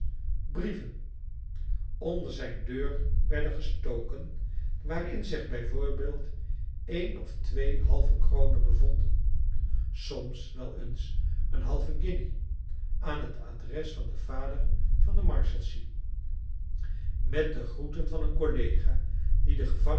brieven onkleine dorrit der zijn deur werden gestoken waarin zich b v een of twee halve kronen bevonden soms wel eens een halve guinje aan het adres van den vader van de marshalsea met de groeten van een collega die de